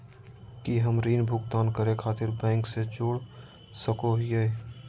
की हम ऋण भुगतान करे खातिर बैंक से जोड़ सको हियै?